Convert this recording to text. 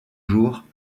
jour